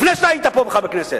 לפני שאתה היית פה בכלל בכנסת.